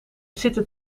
zitten